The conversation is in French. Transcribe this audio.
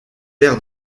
aires